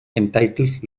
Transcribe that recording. entitled